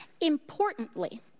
Importantly